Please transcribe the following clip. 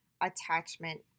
attachment